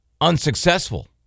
unsuccessful